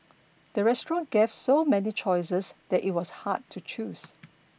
the restaurant gave so many choices that it was hard to choose